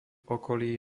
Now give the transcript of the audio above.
okolí